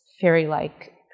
fairy-like